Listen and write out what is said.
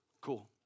cool